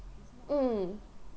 mm